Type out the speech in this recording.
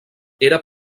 era